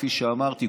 כפי שאמרתי,